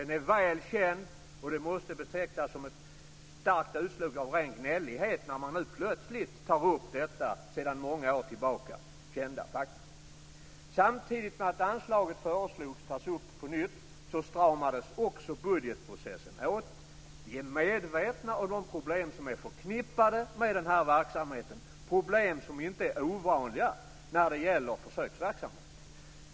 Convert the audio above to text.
Den är väl känd, och det måste betecknas som ett starkt utslag av ren gnällighet när man nu plötsligt tar upp detta sedan många år tillbaka kända faktum. Samtidigt som anslaget föreslogs tas upp på nytt stramades budgetprocessen åt. Vi är medvetna om de problem som är förknippade med denna verksamhet - problem som inte är ovanliga när det gäller försöksverksamhet.